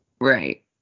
Right